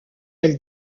elle